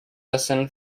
listen